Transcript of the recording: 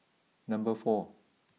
number four